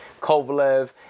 kovalev